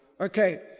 Okay